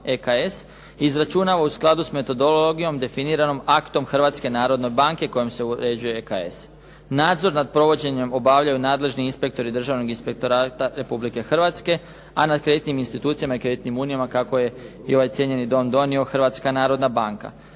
(EKS) izračunava u skladu sa metodologijom definiranom aktom Hrvatske narodne banke kojom se uređuje EKS. Nadzor nad provođenjem obavljaju nadležni inspektori Državnog inspektorata Republike Hrvatske, a nad kreditnim institucijama i kreditnim unijama kako je i ovaj cijenjeni Dom donio Hrvatska narodna banka.